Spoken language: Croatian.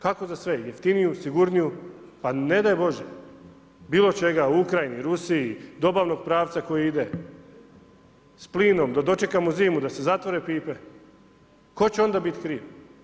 Kako za sve, jeftiniju, sigurniju, pa ne daj Bože bilo čega u Ukrajini, Rusiji, dobavnog pravca koji ide s plinom da dočekamo zimu, da se zatvore pipe, tko će onda biti kriv?